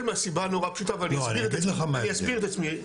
מהסיבה המאוד פשוטה ואני אסביר את עצמי.